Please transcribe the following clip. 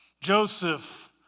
Joseph